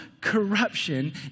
corruption